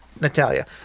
Natalia